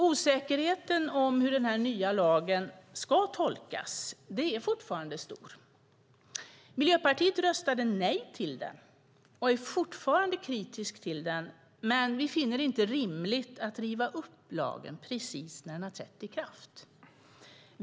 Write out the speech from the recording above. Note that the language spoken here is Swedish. Osäkerheten om hur den nya lagen ska tolkas är fortfarande stor. Miljöpartiet röstade nej till den och är fortfarande kritiskt till den, men vi finner det inte rimligt att riva upp lagen precis när den har trätt i kraft.